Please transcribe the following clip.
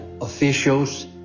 officials